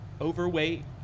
overweight